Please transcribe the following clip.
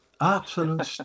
absolute